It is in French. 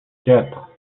quatre